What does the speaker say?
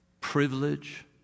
privilege